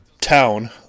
town